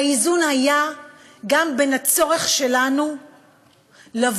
האיזון היה גם לגבי הצורך שלנו לשמר